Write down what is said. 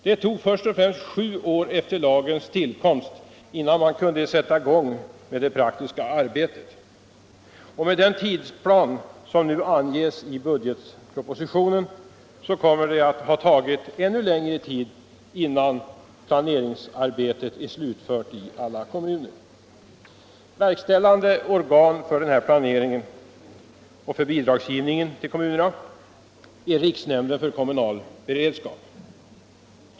Det gick först och främst sju år efter lagens tillkomst innan man kunde sätta i gång det praktiska arbetet, och med den tidsplan som anges i budgetpropositionen kommer det att ha tagit ännu längre tid innan planeringsarbetet är slutfört i alla kommuner. Verkställande organ för planeringen och för bidragsgivningen till kommunerna är riksnämnden för kommunal beredskap.